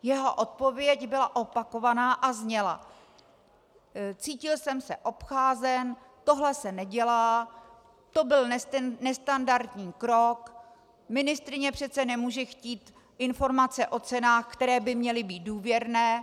Jeho odpověď byla opakovaná a zněla: Cítil jsem se obcházen, tohle se nedělá, to byl nestandardní krok, ministryně přece nemůže chtít informace o cenách, které by měly být důvěrné.